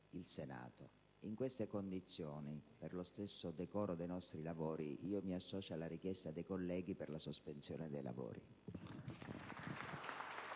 il Senato. In queste condizioni, per lo stesso decoro dei nostri lavori, mi associo alla richiesta dei colleghi per la sospensione dei lavori.